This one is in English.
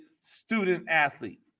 student-athlete